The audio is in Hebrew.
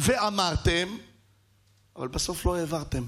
ואמרתם אבל בסוף לא העברתם.